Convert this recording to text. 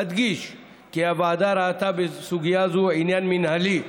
אדגיש כי הוועדה ראתה בסוגיה זו עניין מינהלי,